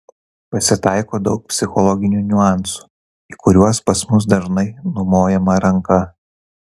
pasitaiko daug psichologinių niuansų į kuriuos pas mus dažnai numojama ranka